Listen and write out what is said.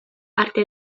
arte